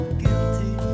guilty